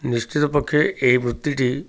ନିଶ୍ଚିତ ପକ୍ଷେ ଏହି ବୃତ୍ତିଟି